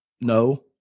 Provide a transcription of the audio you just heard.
no